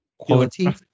Quality